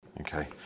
Okay